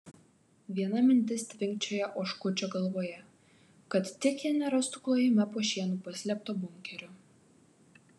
viena mintis tvinkčioja oškučio galvoje kad tik jie nerastų klojime po šienu paslėpto bunkerio